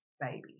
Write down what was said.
baby